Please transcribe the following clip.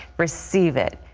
receive it.